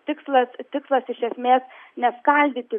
tikslas tikslas iš esmės ne skaldyti